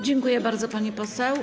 Dziękuję bardzo, pani poseł.